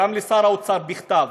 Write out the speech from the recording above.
גם לשר האוצר, בכתב,